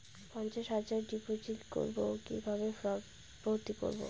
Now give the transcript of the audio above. পঞ্চাশ হাজার ডিপোজিট করবো কিভাবে ফর্ম ভর্তি করবো?